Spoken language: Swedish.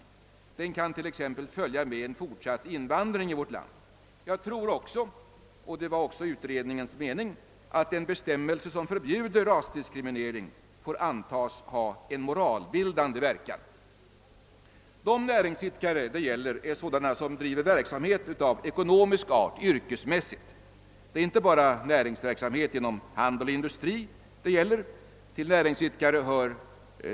En sådan kan t.ex. följa med en fortsatt invandring i vårt land. Jag tror också — och det var även utredningens mening — att en bestämmelse som förbjuder rasdiskriminering får antas ha en moralbildande verkan. De näringsidkare det gäller är sådana som yrkesmässigt bedriver verksamhet av ekonomisk art. Det gäller inte bara näringsverksamhet inom handel och industri.